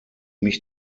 mich